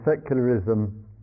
secularism